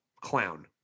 clown